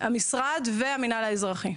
המשרד והמינהל האזרחי.